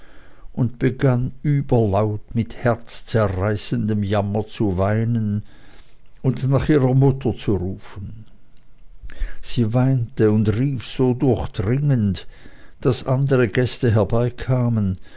und begann überlaut mit herzzerreißendem jammer zu weinen und nach ihrer mutter zu rufen sie weinte und rief so durchdringend daß andere gäste